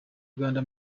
uganda